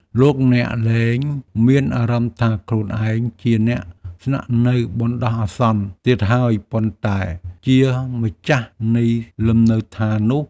លោកអ្នកលែងមានអារម្មណ៍ថាខ្លួនឯងជាអ្នកស្នាក់នៅបណ្ដោះអាសន្នទៀតហើយប៉ុន្តែជាម្ចាស់នៃលំនៅឋាននោះ។